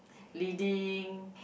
leading